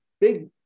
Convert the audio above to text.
Big